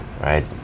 right